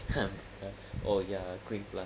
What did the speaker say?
hmm oh ya green plant